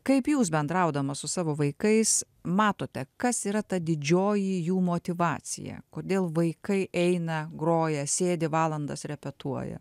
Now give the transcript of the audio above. kaip jūs bendraudamas su savo vaikais matote kas yra ta didžioji jų motyvacija kodėl vaikai eina groja sėdi valandas repetuoja